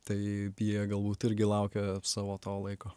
taip jie galbūt irgi laukia savo to laiko